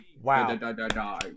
Wow